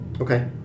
Okay